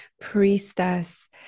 priestess